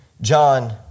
John